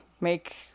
make